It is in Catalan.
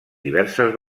diverses